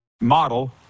model